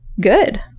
good